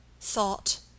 thought